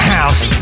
House